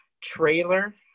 trailer